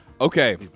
Okay